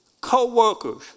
co-workers